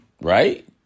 right